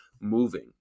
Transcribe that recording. moving